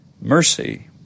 Mercy